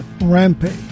Rampage